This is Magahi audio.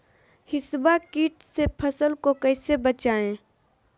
हिसबा किट से फसल को कैसे बचाए?